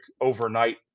overnight